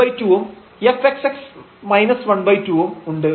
½ ഉം ഉണ്ട്